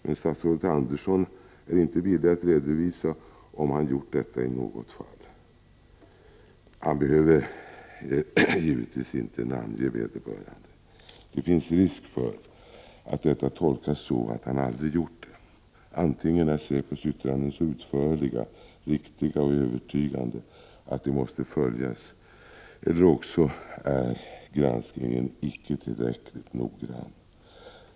Men statsrådet Andersson är inte villig att redovisa om han gjort det i något fall — han behöver givetvis inte namnge vederbörande. Det finns risk för att detta tolkas som att han aldrig gjort det. Antingen är säpos yttranden så utförliga, riktiga och övertygande att de måste följas eller också är granskningen inte tillräckligt noggrann.